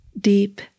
deep